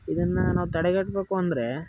ಇದನ್ನು ನಾವು ತಡೆಗಟ್ಟಬೇಕು ಅಂದರೆ